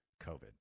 COVID